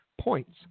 points